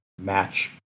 match